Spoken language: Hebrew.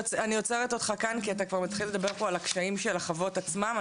עוצרת אותך כאן כי אתה מתחיל לדבר על הקשיים של החוות עצמן.